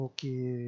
Okay